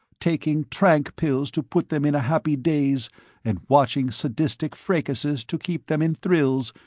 taking trank pills to put them in a happy daze and watching sadistic fracases to keep them in thrills,